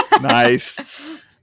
nice